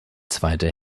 zweite